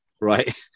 right